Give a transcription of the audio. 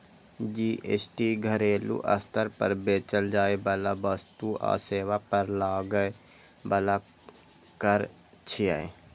GST घरेलू स्तर पर बेचल जाइ बला वस्तु आ सेवा पर लागै बला कर छियै